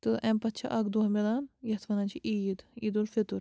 تہٕ اَمہِ پتہٕ چھُ اَکھ دۄہ میلان یَتھ وَنان چھِ عیٖد عیٖدالفِطر